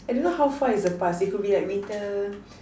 I don't know how far is the past it could be like winter